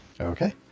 Okay